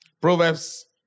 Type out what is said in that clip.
Proverbs